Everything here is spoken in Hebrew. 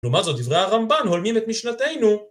לאמר זאת דברי הרמב״ן הולמים את משנתנו